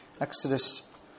Exodus